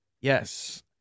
Yes